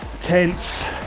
tense